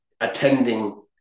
attending